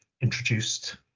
introduced